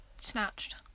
Snatched